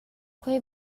quei